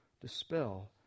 dispel